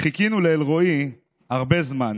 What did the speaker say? חיכינו לאלרואי הרבה זמן,